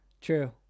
True